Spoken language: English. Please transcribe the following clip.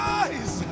eyes